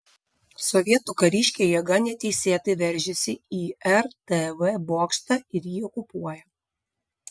sovietų kariškiai jėga neteisėtai veržiasi į rtv bokštą ir jį okupuoja